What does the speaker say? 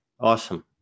Awesome